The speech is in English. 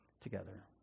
together